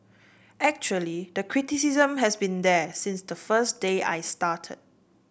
actually the criticism has been there since the first day I started